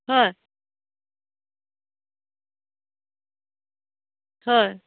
হয় হয়